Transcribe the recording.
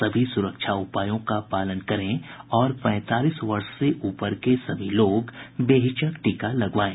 सभी सुरक्षा उपायों का पालन करें और पैंतालीस वर्ष से ऊपर के सभी लोग बेहिचक टीका लगवाएं